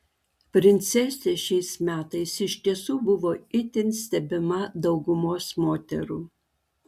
princesė šiais metais iš tiesų buvo itin stebima daugumos moterų